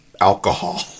alcohol